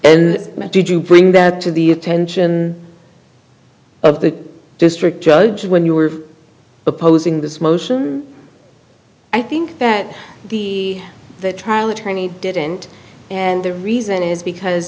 and did you bring that to the attention of the district judge when you were opposing this motion i think that the the trial attorney didn't and the reason is because